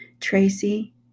tracy